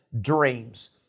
dreams